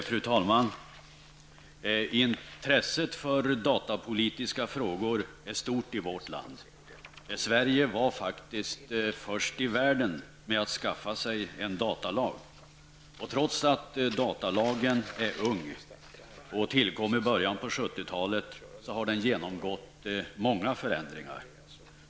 Fru talman! Intresset för datapolitiska frågor är stort i vårt land. Sverige var faktiskt först i världen med att införa en datalag. Trots att lagen är ung och tillkom i början på 1970-talet har den genomgått många förändringar.